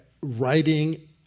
writing